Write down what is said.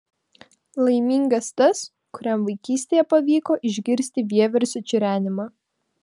laimingas tas kuriam vaikystėje pavyko išgirsti vieversio čirenimą